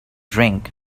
drink